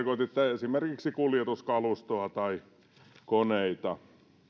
esimerkiksi kuljetuskalustoa tai koneita